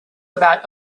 about